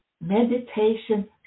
meditation